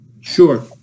Sure